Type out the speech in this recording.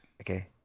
Okay